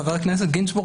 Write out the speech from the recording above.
חבר הכנסת גינזבורג,